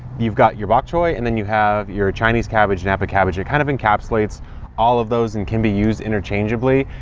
you've got your bok choy and then you have your chinese cabbage, napa cabbage. it kind of encapsulates all of those and can be used interchangeably.